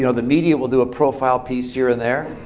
you know the media will do a profile piece here and there.